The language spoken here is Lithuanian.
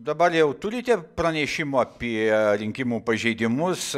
dabar jau turite pranešimų apie rinkimų pažeidimus